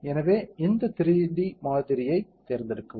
எனவே இந்த 3D மாதிரியைத் தேர்ந்தெடுக்கவும்